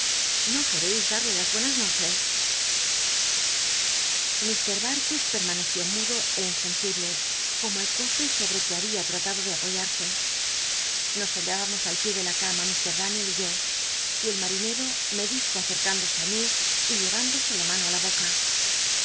no c uci'cis darle las buenas noches mr d ukis permaneció mudo é insensible co mo el cofre sobre que babia tmlado de apoyarse nos hallábamos al pié de la cama jlf daniel y yo y el mari nero me dij o acercándose ti mi y llevándose la mano á la boca